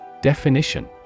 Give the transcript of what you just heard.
Definition